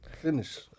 finish